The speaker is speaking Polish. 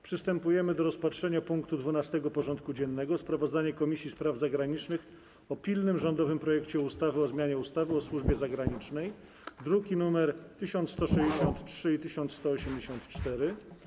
Przystępujemy do rozpatrzenia punktu 12. porządku dziennego: Sprawozdanie Komisji Spraw Zagranicznych o pilnym rządowym projekcie ustawy o zmianie ustawy o służbie zagranicznej (druki nr 1163 i 1184)